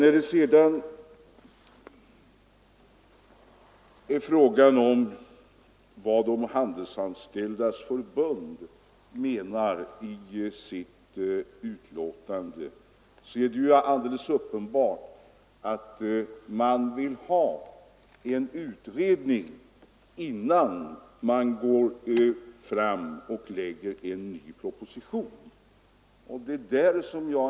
När det sedan gäller vad Handelsanställdas förbund menar i sitt utlåtande är det alldeles uppenbart att man vill ha en utredning innan en ny proposition framläggs.